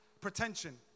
pretension